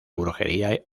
brujería